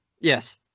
yes